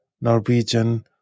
Norwegian